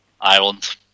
Ireland